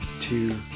Two